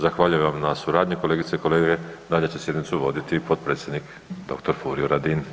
Zahvaljujem vam na suradnji kolegice i kolege, dalje će sjednicu voditi potpredsjednik dr. Furio Radin.